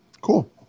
cool